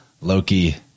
Loki